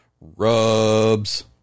rubs